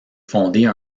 fonder